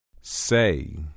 Say